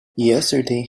yesterday